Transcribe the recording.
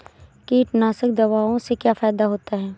कीटनाशक दवाओं से क्या फायदा होता है?